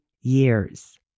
years